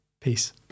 Peace